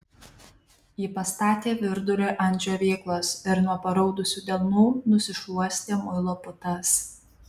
ji pastatė virdulį ant džiovyklos ir nuo paraudusių delnų nusišluostė muilo putas